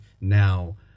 now